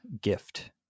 gift